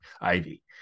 Ivy